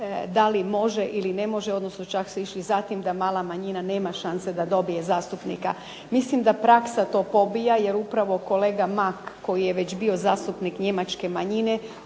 da li se može ili ne može odnosno čak ste išli za tim da mala manjina nema šanse da dobije predstavnika. Mislim da praksa to pobija, jer upravo kolega mak koji je već bio zastupnik Njemačke manjine,